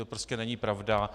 To prostě není pravda.